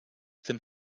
tym